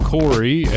Corey